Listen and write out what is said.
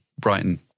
Brighton